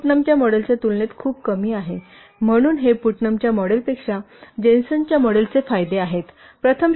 तर हे पुटनामच्या मॉडेलच्या तुलनेत खूपच कमी आहे म्हणून हे पुटनमच्या मॉडेलपेक्षा जेन्सेनच्या मॉडेलचे फायदे आहेत